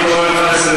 עם כל הכבוד,